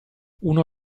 uno